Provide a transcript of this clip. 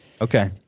Okay